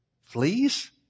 Fleas